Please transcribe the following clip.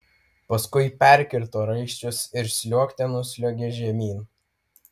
paskui perkirto raiščius ir sliuogte nusliuogė žemyn